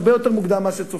הרבה יותר מוקדם ממה שצופים,